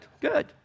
good